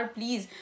Please